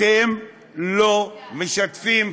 אתם לא משתפים פעולה,